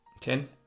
Ten